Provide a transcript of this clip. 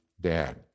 Dad